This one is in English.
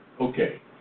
Okay